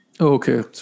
Okay